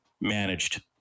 managed